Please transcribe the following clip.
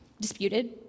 Disputed